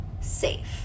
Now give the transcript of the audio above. safe